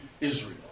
Israel